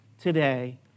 today